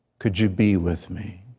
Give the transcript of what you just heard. could you be with me?